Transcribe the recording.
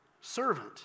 servant